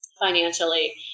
Financially